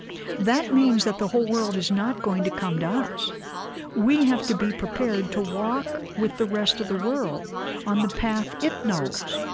that means that the whole world is not going to come to us we have to be prepared to walk with the rest of the world on the path it knows.